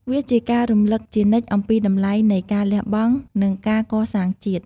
វាជាការរំលឹកជានិច្ចអំពីតម្លៃនៃការលះបង់ និងការកសាងជាតិ។